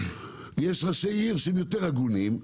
יש ראשי ערים שהם יותר הגונים,